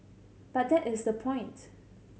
but that is the point